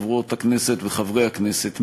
חברות הכנסת וחברי הכנסת,